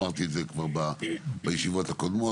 אמרתי את זה כבר בישיבות הקודמות,